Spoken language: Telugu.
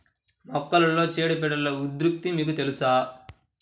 మొక్కలలో చీడపీడల ఉధృతి మీకు తెలుసా?